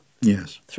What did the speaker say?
Yes